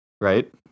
Right